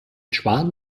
schwan